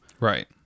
Right